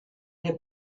n’est